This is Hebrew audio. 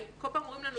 כל פעם אומרים לנו,